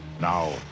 Now